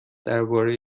درباره